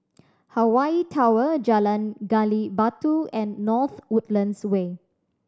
Hawaii Tower Jalan Gali Batu and North Woodlands Way